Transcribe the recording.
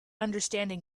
understanding